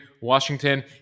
Washington